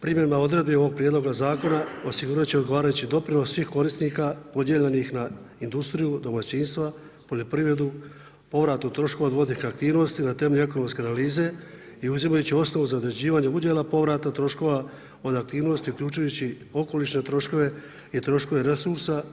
Primjedba odredbi ovoga prijedloga zakona, osigurati će odgovarajući doprinos, svih korisnika, podijeljenih na industriju, domaćinstva, poljoprivredu, povrat o troškova odvodnih aktivnosti na temelju ekonomske analize i uzimajući osnovu za određivanje udjela podjela troškova od aktivnosti, uključujući okolišne troškove i troškove resursa.